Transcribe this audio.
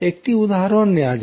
একটা উদাহরন নেওয়া যাক